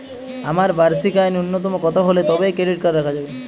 আমার বার্ষিক আয় ন্যুনতম কত হলে তবেই ক্রেডিট কার্ড রাখা যাবে?